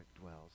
dwells